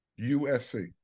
USC